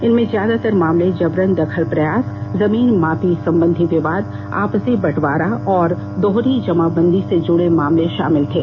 इनमें ज्यादातर मामले जबरन दखल प्रयास जमीन मापी संबधी विवाद आपसी बंटवारा और दोहरी जमाबंदी से जुड़े मामले भााभिल थे